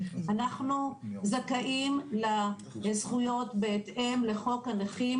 אנחנו זכאים לזכויות בהתאם לחוק הנכים